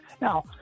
Now